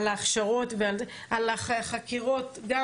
על החקירות גם